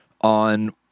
on